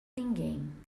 ninguém